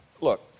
look